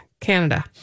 Canada